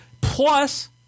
Plus